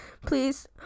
Please